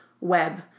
web